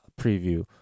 preview